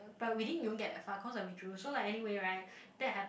but we didn't even get that far but cause I withdrew so like anyway right that